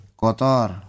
kotor